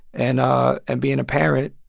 and ah and being a parent,